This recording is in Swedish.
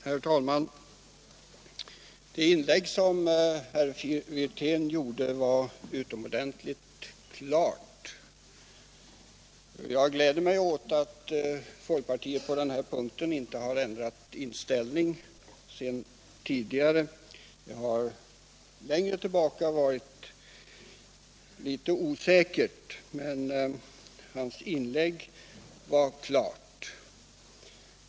Herr talman! Det inlägg som herr Wirtén gjorde var utomordentligt klart. Jag gläder mig åt att folkpartiet på den här punkten inte har ändrat inställning. Det har tidigare varit litet osäkert, men hans inlägg var alltså klart.